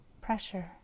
pressure